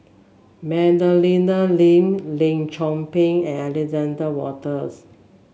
Madeleine Lee Lim Chor Pee and Alexander Wolters